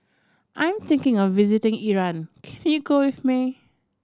I'm thinking of visiting Iran can you go with me